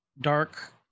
dark